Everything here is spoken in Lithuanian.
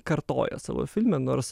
kartoja savo filme nors